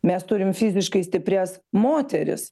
mes turim fiziškai stiprias moteris